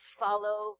follow